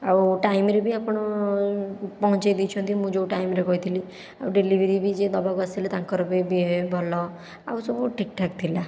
ଆଉ ଟାଇମ୍ରେ ବି ଆପଣ ପହଞ୍ଚାଇ ଦେଇଛନ୍ତି ମୁଁ ଯେଉଁ ଟାଇମ୍ରେ କହିଥିଲି ଆଉ ଡେଲିଭରି ବି ଯିଏ ଦେବାକୁ ଆସିଲା ତାଙ୍କର ବି ବିହେବ୍ ଭଲ ଆଉ ସବୁ ଠିକଠାକ ଥିଲା